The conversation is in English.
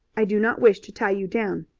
i do not wish to tie you down,